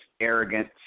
arrogant